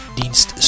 dienst